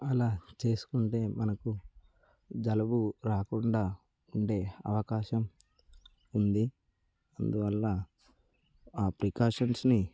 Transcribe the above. అలా చేసుకుంటే మనకు జలుబు రాకుండా ఉండే అవకాశం ఉంది అందువల్ల ఆ ప్రికాషన్స్ని